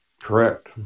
correct